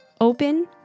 Open